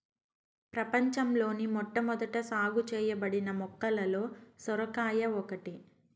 ప్రపంచంలోని మొట్టమొదట సాగు చేయబడిన మొక్కలలో సొరకాయ ఒకటి